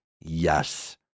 Yes